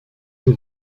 sie